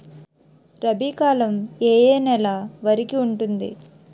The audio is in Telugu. రబీ కాలం ఏ ఏ నెల వరికి ఉంటుంది?